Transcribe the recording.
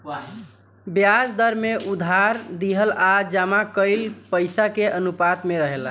ब्याज दर में उधार दिहल आ जमा कईल पइसा के अनुपात में रहेला